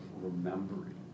remembering